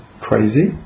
crazy